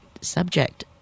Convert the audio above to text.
subject